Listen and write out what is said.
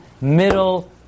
middle